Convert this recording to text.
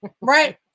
right